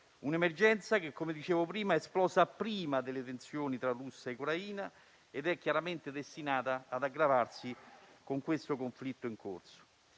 un'emergenza che, come dicevo prima, è esplosa prima delle tensioni tra Russia e Ucraina ed è chiaramente destinata ad aggravarsi con il conflitto in corso.